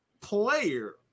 player